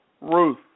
Ruth